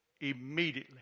immediately